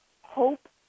hope